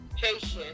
patient